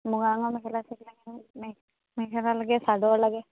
মুগা ৰঙৰ মেখেলা থাকিলে মেখেলা লাগে চাদৰ লাগে